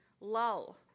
lull